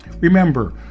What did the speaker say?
Remember